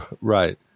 right